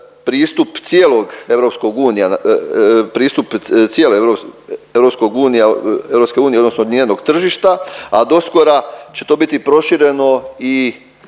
pristup cijelog EU, pristup cijele EU odnosno njenog tržišta, a doskora će to biti prošireno i